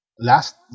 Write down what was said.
Last